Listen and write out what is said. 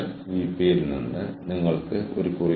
ആ ബന്ധങ്ങൾ നമുക്കുണ്ടാകണം